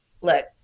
look